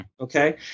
okay